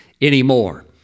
anymore